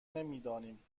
نمیدانیم